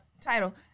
Title